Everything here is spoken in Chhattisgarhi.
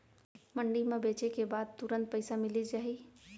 मंडी म बेचे के बाद तुरंत पइसा मिलिस जाही?